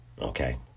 Okay